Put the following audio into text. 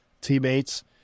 teammates